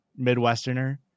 Midwesterner